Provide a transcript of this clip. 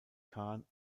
kahn